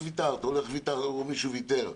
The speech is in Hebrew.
וויתרתי, או את ויתרת או מישהו ויתר.